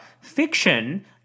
fiction